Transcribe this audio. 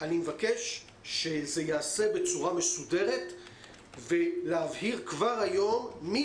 אני מבקש שזה ייעשה בצורה מסודרת ולהבהיר כבר היום מי